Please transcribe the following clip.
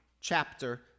chapter